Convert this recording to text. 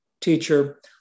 teacher